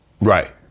Right